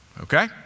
okay